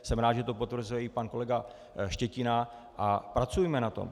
Jsem rád, že to potvrzuje i pan kolega Štětina, a pracujme na tom.